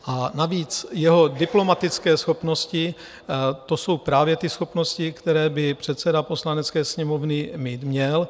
A navíc jeho diplomatické schopnosti, to jsou právě ty schopnosti, které by předseda Poslanecké sněmovny mít měl.